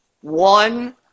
one